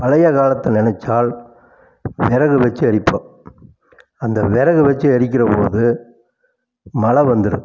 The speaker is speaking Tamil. பழைய காலத்தை நினச்சால் விறகு வச்சு எரிப்போம் அந்த விறகு வச்சு எரிக்கிறபோது மழை வந்துரும்